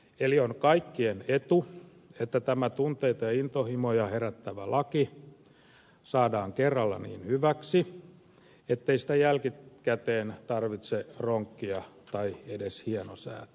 eli on kaikkien etu että tämä tunteita ja intohimoja herättävä laki saadaan kerralla niin hyväksi ettei sitä jälkikäteen tarvitse ronkkia tai edes hienosäätää